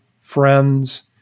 friends